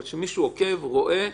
אבל מישהו עוקב ורואה.